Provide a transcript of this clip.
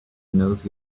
knows